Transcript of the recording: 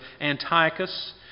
Antiochus